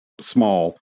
small